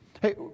Hey